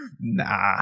Nah